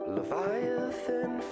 Leviathan